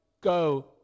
go